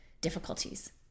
difficulties